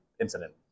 incident